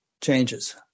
changes